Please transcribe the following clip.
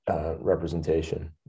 representation